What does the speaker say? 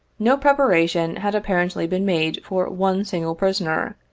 no preparation had apparently been made for one single prisoner,